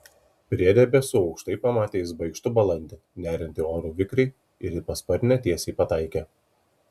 prie debesų aukštai pamatė jis baikštų balandį neriantį oru vikriai ir į pasparnę tiesiai pataikė